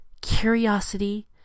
curiosity